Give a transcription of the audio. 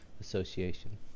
Association